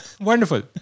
Wonderful